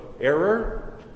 error